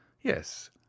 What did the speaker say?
yes